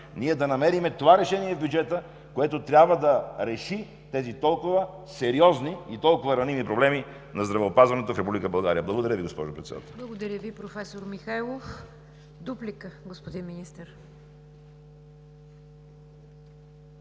ние да намерим това решение в бюджета, което трябва да реши тези толкова сериозни и толкова раними проблеми на здравеопазването в Република България. Благодаря Ви, госпожо Председател. ПРЕДСЕДАТЕЛ НИГЯР ДЖАФЕР: Благодаря Ви, професор Михайлов. Дуплика, господин Министър.